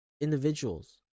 individuals